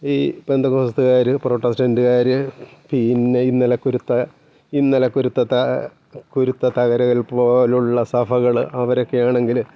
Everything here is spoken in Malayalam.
ഈ പെന്തകോസ്തുകാര് പ്രോട്ടോസ്റ്റെന്റുകാര് പിന്നെ ഇന്നലെ കുരുത്ത ഇന്നലെ കുരുത്ത കുരുത്ത തകരകൾ പോലുള്ള സഭകള് അവരൊക്കെ ആണെങ്കില്